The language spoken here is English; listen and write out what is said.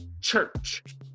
church